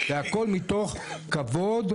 והכול מתוך כבוד,